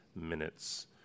minutes